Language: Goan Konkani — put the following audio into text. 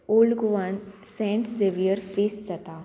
ओल्ड गोवान सेंट झेवियर फीस्ट जाता